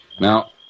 Now